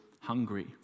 hungry